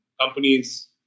companies